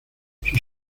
sus